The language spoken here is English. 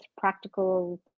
practical